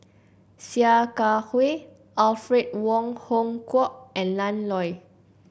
Sia Kah Hui Alfred Wong Hong Kwok and Ian Loy